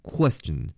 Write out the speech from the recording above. Question